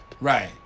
Right